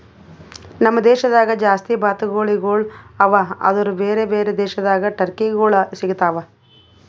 ನಮ್ ದೇಶದಾಗ್ ಜಾಸ್ತಿ ಬಾತುಕೋಳಿಗೊಳ್ ಅವಾ ಆದುರ್ ಬೇರೆ ಬೇರೆ ದೇಶದಾಗ್ ಟರ್ಕಿಗೊಳ್ ಸಿಗತಾವ್